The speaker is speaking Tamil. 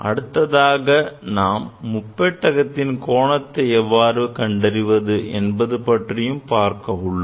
அடுத்ததாக நாம் முப்பட்டகத்தின் கோணத்தை எவ்வாறு கண்டறிவது என்பது பற்றியும் பார்க்க உள்ளோம்